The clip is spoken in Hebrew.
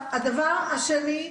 הדבר השני,